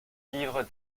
livre